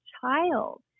child